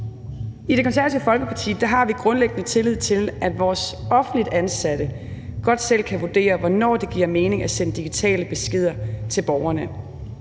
I Det Konservative Folkeparti har vi grundlæggende tillid til, at vores offentligt ansatte godt selv kan vurdere, hvornår det giver mening at sende digitale beskeder til borgerne.